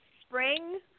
spring